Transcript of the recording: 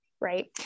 right